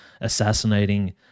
assassinating